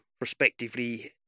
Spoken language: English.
Respectively